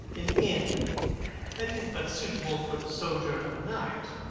an inn that is but suitable for the sojourn of a night,